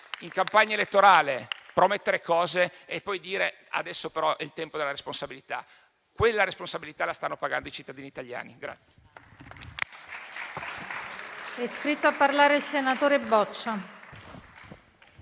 in campagna elettorale, promettere delle cose e dopo dire che è arrivato il tempo della responsabilità. Quella responsabilità la stanno pagando i cittadini italiani.